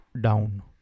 down